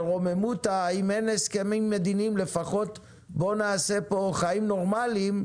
ורוממות אם אין הסכמים מדיניים לפחות בואו נעשה פה חיים נורמליים,